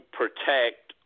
protect